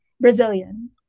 Brazilian